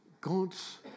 God's